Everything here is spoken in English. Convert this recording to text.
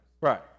Right